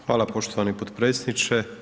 Hvala poštovani potpredsjedniče.